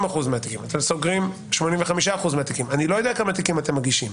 50% או 85% מהתיקים אני לא יודע כמה תיקים אתם סוגרים.